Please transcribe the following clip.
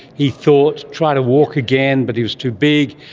he thought, try to walk again but he was too big.